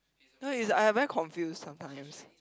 no is I very confused sometimes